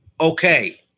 Okay